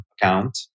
account